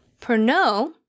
Pernod